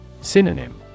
Synonym